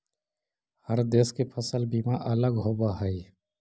हर देश के फसल बीमा अलग होवऽ हइ